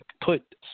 put